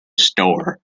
store